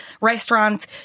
restaurants